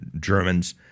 Germans